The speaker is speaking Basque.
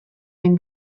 den